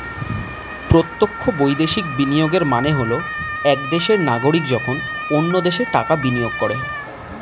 প্রত্যক্ষ বৈদেশিক বিনিয়োগের মানে হল এক দেশের নাগরিক যখন অন্য দেশে টাকা বিনিয়োগ করে